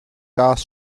gas